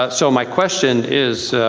ah so my question is